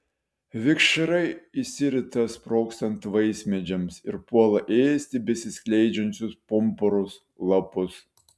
vikšrai išsirita sprogstant vaismedžiams ir puola ėsti besiskleidžiančius pumpurus lapus